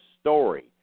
story